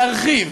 להרחיב